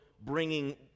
bringing